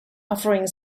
offering